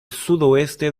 sudoeste